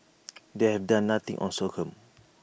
they've done nothing on sorghum